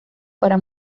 para